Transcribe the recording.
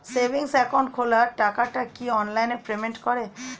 Savings account খোলা টাকাটা কি অনলাইনে পেমেন্ট করে?